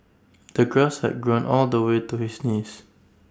the grass had grown all the way to his knees